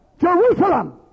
Jerusalem